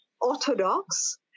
orthodox